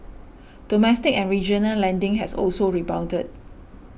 domestic and regional lending has also rebounded